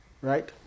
right